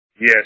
Yes